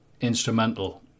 instrumental